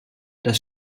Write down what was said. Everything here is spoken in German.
das